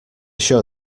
show